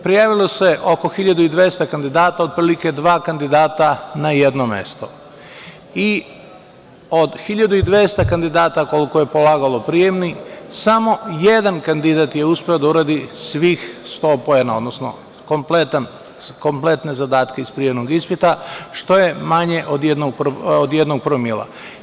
Prijavilo se oko 1200 kandidata, otprilike dva kandidata na jedno mesto i od 1200 kandidata koliko je polagalo prijemni, samo jedan kandidat je uspeo da uradi svih sto poena, odnosno kompletne zadatke iz prijemnog ispita, što je manje od jednog promila.